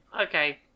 Okay